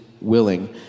willing